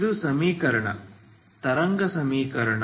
ಇದು ಸಮೀಕರಣ ತರಂಗ ಸಮೀಕರಣ